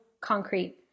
concrete